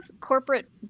corporate